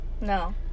No